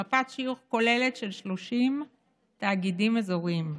מפת שיוך כוללת של 30 תאגידים אזוריים.